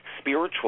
spiritual